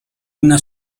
una